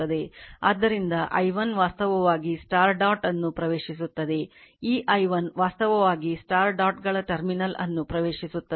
ಆದ್ದರಿಂದ i1 ವಾಸ್ತವವಾಗಿ dot ಅನ್ನು ಪ್ರವೇಶಿಸುತ್ತದೆ ಈ i1 ವಾಸ್ತವವಾಗಿ ಚುಕ್ಕೆಗಳ ಟರ್ಮಿನಲ್ ಅನ್ನು ಪ್ರವೇಶಿಸುತ್ತದೆ